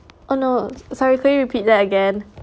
oh no sorry could you repeat that again